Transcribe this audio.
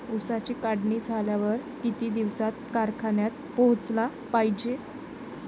ऊसाची काढणी झाल्यावर किती दिवसात कारखान्यात पोहोचला पायजे?